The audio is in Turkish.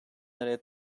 nereye